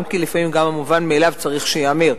אם כי לפעמים גם המובן מאליו צריך שייאמר.